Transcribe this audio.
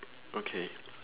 okay